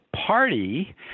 party